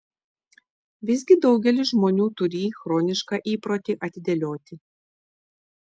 visgi daugelis žmonių turį chronišką įprotį atidėlioti